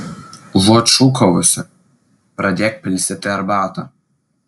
užuot šūkavusi pradėk pilstyti arbatą